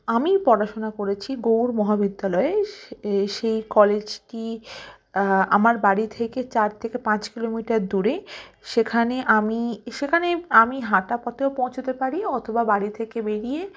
আমি পড়াশোনা করেছি গৌড় মহাবিদ্যালয়ে এ সেই কলেজ কি আমার বাড়ি থেকে চার থেকে পাঁচ কিলোমিটার দূরে সেখানে আমি সেখানে আমি হাঁটা পথেও পৌঁছোতে পারি অথবা বাড়ি থেকে বেরিয়ে